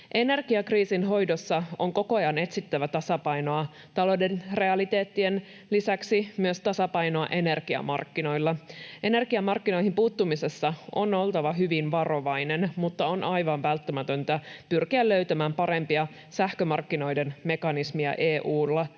Energiakriisin hoidossa on koko ajan etsittävä tasapainoa, talouden realiteettien lisäksi myös tasapainoa energiamarkkinoilla. Energiamarkkinoihin puuttumisessa on oltava hyvin varovainen, mutta on aivan välttämätöntä pyrkiä löytämään parempia sähkömarkkinoiden mekanismeja EU:ssa